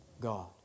God